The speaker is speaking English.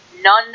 none